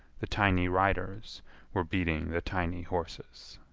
the tiny riders were beating the tiny horses.